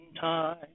time